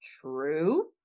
true